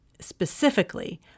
specifically